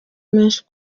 menshi